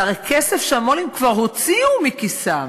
זה הרי כסף שהמו"לים כבר הוציאו מכיסם.